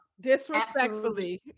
disrespectfully